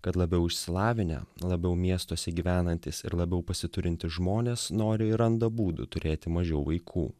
kad labiau išsilavinę labiau miestuose gyvenantys ir labiau pasiturintys žmonės nori ir randa būdų turėti mažiau vaikų